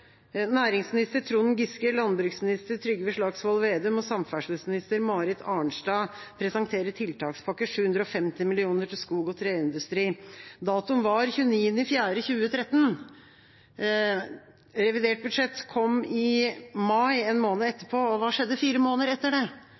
Næringsminister Trond Giske, landbruksminister Trygve Slagsvold Vedum og samferdselsminister Marit Arnstad presenterer en tiltakspakke på 750 mill. kr til skog- og treindustrien. Datoen var 29. april 2013. Revidert budsjett kom i mai, én måned etterpå, og hva skjedde fire måneder etter det?